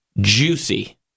Juicy